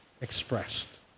expressed